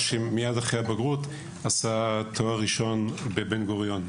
מיד לאחר הבגרות כשבאתי ללמוד תואר ראשון באוניברסיטת בן גוריון.